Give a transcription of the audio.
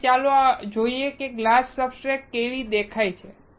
હવે ચાલો જોઈએ કે ગ્લાસ સબસ્ટ્રેટ કેવી દેખાય છે